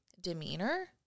demeanor